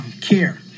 care